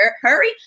hurry